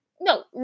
No